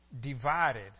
divided